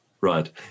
Right